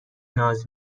ناز